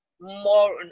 more